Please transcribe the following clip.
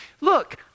Look